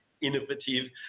innovative